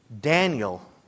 Daniel